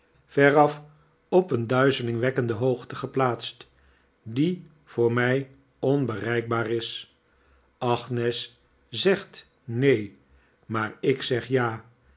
veraf op een duizelingwekkende hoogte geplaatst die voor mij onbereikbaar is agnes zegt neen maar ik zeg ja